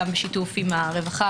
גם בשיתוף עם הרווחה,